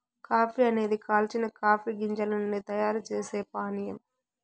coffee అనేది కాల్చిన coffee గింజల నుండి తయారు చేసే పానీయం